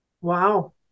Wow